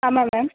ஆமாம் மேம்